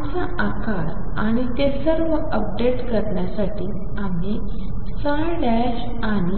आमचा आकार आणि ते सर्व अपडेट करण्यासाठी आम्ही आणि